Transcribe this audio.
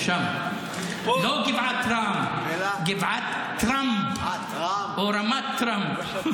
לא גבעת רם, גבעת טראמפ או רמת טראמפ.